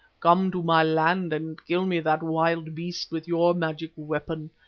come to my land and kill me that wild beast with your magic weapon.